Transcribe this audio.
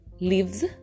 leaves